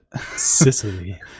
Sicily